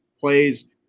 plays